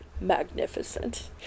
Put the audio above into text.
Magnificent